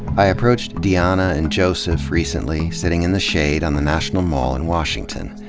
i approached diana and joseph, recently, sitting in the shade on the national mall in washington.